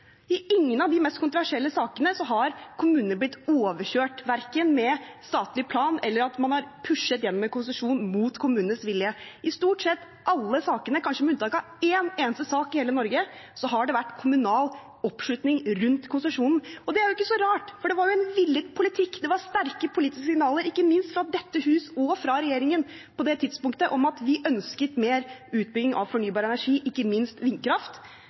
i noen av de mest kontroversielle sakene har kommunene blitt overkjørt, verken med statlig plan eller at man har pushet gjennom en konsesjon mot kommunenes vilje. I stort sett alle sakene, kanskje med unntak av en eneste sak i hele Norge, har det vært kommunal oppslutning rundt konsesjonen. Og det er jo ikke så rart, for det var en villet politikk. Det var sterke politiske signaler ikke minst fra dette hus og fra regjeringen på det tidspunktet om at vi ønsket mer utbygging av fornybar energi, ikke minst vindkraft.